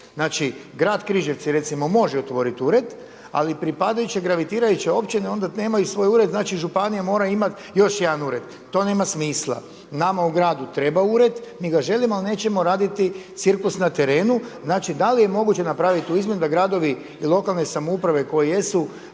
Znači grad Križevci recimo može otvoriti ured ali pripadajuće gravitirajuće općine onda nemaju svoj ured, znači županija mora imati još jedan ured, to nema smisla. Nama u gradu treba ured, mi ga želimo ali nećemo raditi cirkus na terenu. Znači da li je moguće napraviti tu izmjenu da gradovi i lokalne samouprave koje jesu